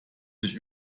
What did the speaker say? sich